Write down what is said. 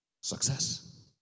success